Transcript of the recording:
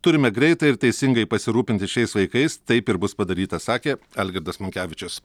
turime greitai ir teisingai pasirūpinti šiais vaikais taip ir bus padaryta sakė algirdas monkevičius